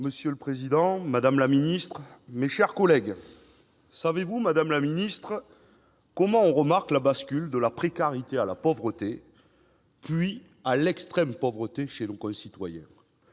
Monsieur le président, madame la secrétaire d'État, mes chers collègues, savez-vous, madame la secrétaire d'État, comment on remarque la bascule de la précarité à la pauvreté, puis à l'extrême pauvreté, chez nos concitoyens ?